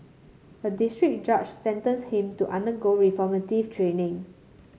a district judge sentenced him to undergo reformative training